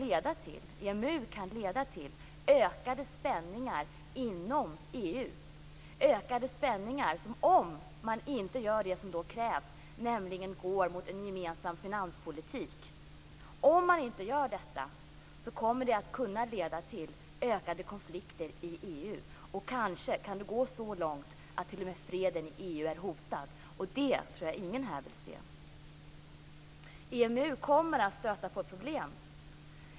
EMU kan leda till ökade spänningar inom EU, som om man inte gör det som krävs, nämligen går emot en gemensam finanspolitik, kommer att kunna leda till ökade konflikter i EU. Kanske kan det gå så långt att t.o.m. freden blir hotad inom EU, och det tror jag att ingen här vill se. EMU kommer att stöta på problem.